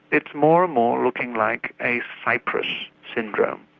it's more and more looking like a cyprus syndrome,